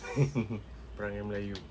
perangai melayu